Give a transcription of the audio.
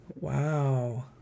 wow